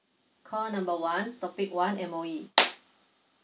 call number one topic one M_O_E